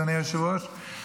אדוני היושב-ראש,